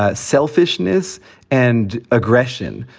ah selfishness and aggression.